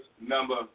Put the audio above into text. number